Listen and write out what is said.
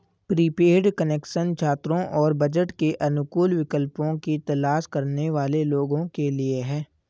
prepaid connection छात्रों और budget के अनुकूल विकल्पों की तलाश करने वाले लोगों के लिए है